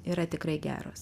yra tikrai geros